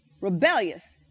Rebellious